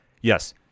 Yes